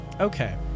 Okay